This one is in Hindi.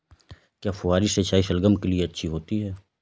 क्या फुहारी सिंचाई शलगम के लिए अच्छी होती है?